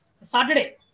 saturday